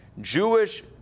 Jewish